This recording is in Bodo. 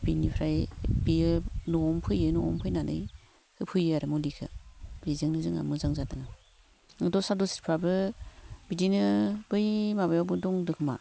बिनिफ्राय बियो न'आवनो फैयो न'आवनो फैनानै होफैयो आरो मुलिखो बिजोंनो जोंहा मोजां जादों दस्रा दस्रिफ्राबो बिदिनो बै माबायावबो दं होन्दों खोमा